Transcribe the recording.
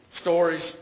stories